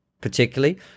particularly